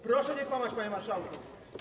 Proszę nie kłamać, panie marszałku.